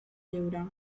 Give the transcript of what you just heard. lliure